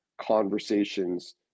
conversations